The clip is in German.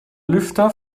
lüfter